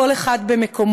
כל אחד במקומו,